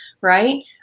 Right